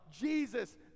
Jesus